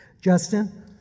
Justin